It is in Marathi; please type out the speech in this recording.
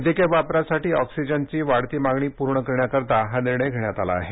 वैद्यकीय वापरासाठी ऑक्सिजनची वाढती मागणी पूर्ण करण्यासाठी हा निर्णय घेण्यात आला आहे